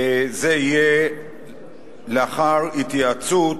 וזה יהיה לאחר התייעצות